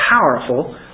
powerful